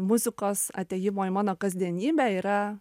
muzikos atėjimo į mano kasdienybę yra